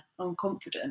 unconfident